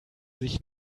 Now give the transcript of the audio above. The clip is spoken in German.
sich